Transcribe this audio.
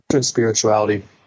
spirituality